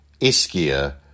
ischia